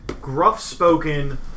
gruff-spoken